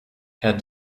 herr